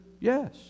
Yes